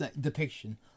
depiction